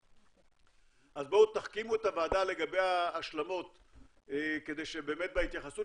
אז בואו תחכימו את הוועדה לגבי ההשלמות כדי שבהתייחסות